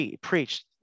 preached